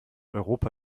europa